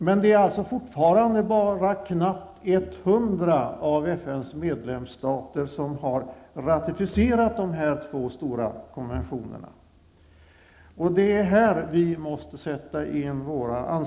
Men fortfarande är det alltså bara knappt 100 av FNs medlemsstater som har ratificerat de två stora konventionerna. Det är här vi måste göra ansträngningar.